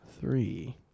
three